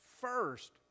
First